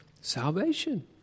salvation